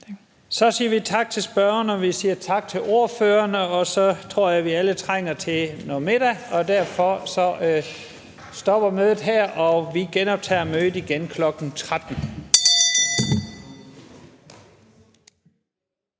Så siger vi tak til spørgeren, og vi siger tak til ordføreren, og så tror jeg, vi alle trænger til noget middag. Derfor stopper mødet her, og vi genoptager mødet igen kl. 13.00.